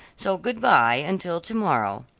so good-bye until to-morrow.